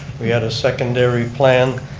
we had a secondary plan.